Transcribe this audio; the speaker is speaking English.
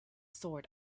sword